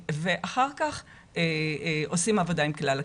אחר כך עושים עבודה עם כלל הכיתה.